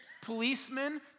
policemen